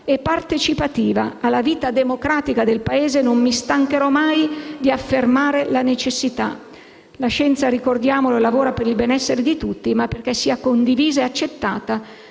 e partecipativa alla vita democratica del Paese non mi stancherò mai di affermare la necessità. La scienza, ricordiamolo, lavora per il benessere di tutti, ma perché essa sia condivisa e accettata